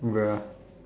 bruh